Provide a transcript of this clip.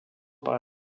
par